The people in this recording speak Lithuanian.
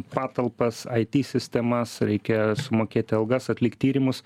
patalpas it sistemas reikia sumokėti algas atlikt tyrimus